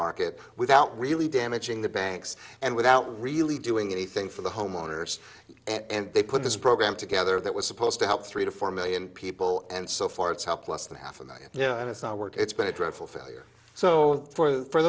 market without really damaging the banks and without really doing anything for the homeowners and they put this program together that was supposed to help three to four million people and so far it's helped less than half and yeah and it's not work it's been a dreadful failure so for